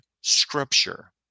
scripture